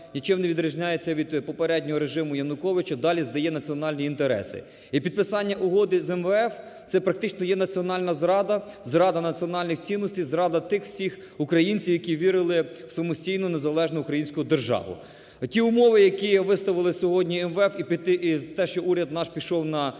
нічим не відрізняється від попереднього режиму Януковича, далі здає національні інтереси. І підписання Угоди з МВФ – це практично є національна зрада, зрада національних цінностей, зрада тих всіх українців, які вірили в самостійну, незалежну Українську державу. Такі умови, які виставили сьогодні МВФ і те, що уряд наш пішов на догоду